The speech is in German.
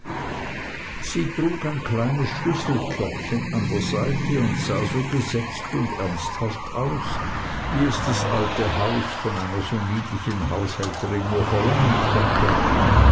sie trug ein kleines schlüsselkörbchen an der seite und sah so gesetzt und ernsthaft aus wie es das alte haus von einer so niedlichen haushälterin nur verlangen konnte